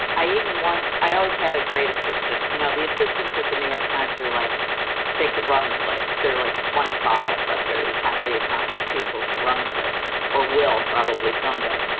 i even once i always had a great assistant. you know, the assistance at the new york times were like they could run the place. they're like twenty five, but they're highly accomplished. people could run the place or will probably someday.